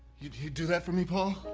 you'd you'd do that for me paul?